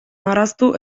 marraztu